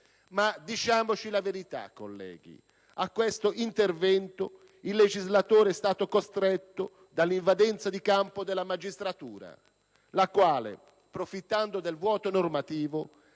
Ma diciamoci la verità, colleghi: a questo intervento il legislatore è stato costretto dall'invadenza di campo della magistratura, la quale, profittando del vuoto normativo,